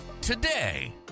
today